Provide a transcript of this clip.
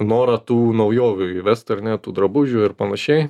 norą tų naujovių įvest ar ne tų drabužių ir panašiai